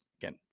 Again